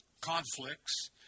conflicts